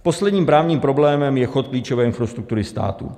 Posledním právním problémem je chod klíčové infrastruktury státu.